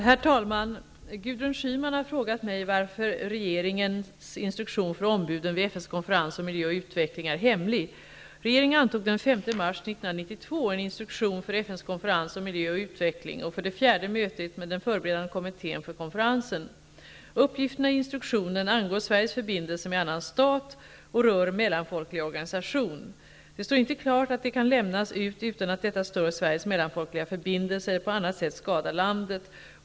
Herr talman! Gudrun Schyman har frågat mig varför regeringens instruktion för ombuden vid FN:s konferens om miljö och utveckling är hemlig. Regeringen antog den 5 mars 1992 en instruktion för FN:s konferens om miljö och utveckling och för det fjärde mötet med den förberedande kommittén för konferensen. Uppgifterna i instruktionen angår Sveriges förbindelser med annan stat och rör mellanfolklig organisation. Det står inte klart att de kan lämnas ut utan att detta stör Sveriges mellanfolkliga förbindelser eller på annat sätt skadar landet.